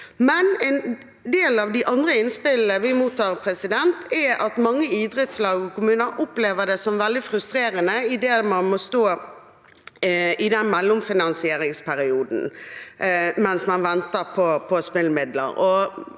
år. En del av de andre innspillene vi mottar, er at mange idrettslag og kommuner opplever det som veldig frustrerende at man må stå i den mellomfinansieringsperioden mens man venter på spillemidler.